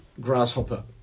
grasshopper